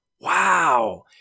Wow